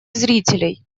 зрителей